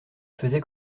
faisait